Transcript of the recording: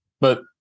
But-